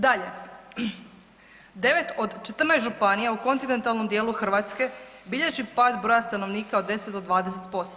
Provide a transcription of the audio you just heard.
Dalje, 9 od 14 županija u kontinentalnom dijelu Hrvatske bilježi pad broja stanovnika od 10 do 20%